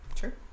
Sure